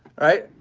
right,